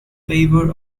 favour